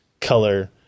color